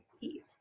eat